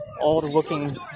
old-looking